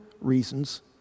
reasons